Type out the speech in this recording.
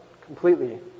completely